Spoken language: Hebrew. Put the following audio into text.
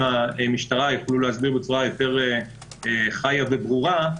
מהמשטרה יוכלו להסביר בצורה יותר חיה וברורה,